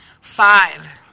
Five